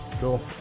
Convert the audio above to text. cool